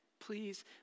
please